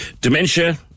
dementia